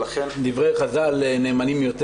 דברי חז"ל נאמנים יותר.